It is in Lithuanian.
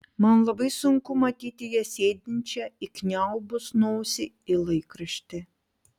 man labai sunku matyti ją sėdinčią įkniaubus nosį į laikraštį